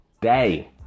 day